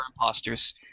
imposters